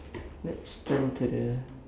let's turn to the